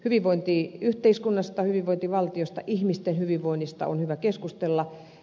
hyvinvointiyhteiskunnasta hyvinvointivaltiosta ihmisten hyvinvoinnista on hyvä keskustella